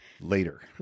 later